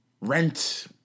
rent